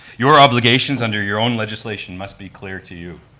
your obligations under your own legislation must be clear to you.